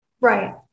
Right